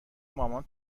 مامان